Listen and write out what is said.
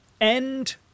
End